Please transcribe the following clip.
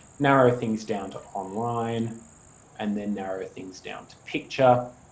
narrow things down to online and then narrow things down to picture.